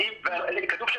תודה רבה.